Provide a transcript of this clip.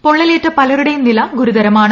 പൊള്ളലേറ്റ പലരുടെയും നില ഗുരുതരമാണ്